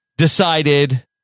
decided